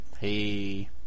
hey